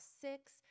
six